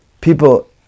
people